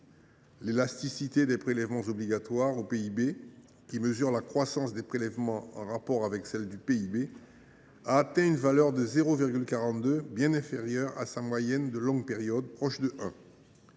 l’élasticité des prélèvements obligatoires au PIB, qui mesure la croissance des prélèvements en rapport avec celle du PIB, a atteint une valeur de 0,42, bien inférieure à sa moyenne de longue période, proche de 1.